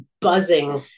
buzzing